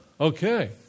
Okay